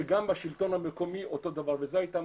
סביב התחנות וגם מתחמי הדיפו שאלה תחנות הסיום של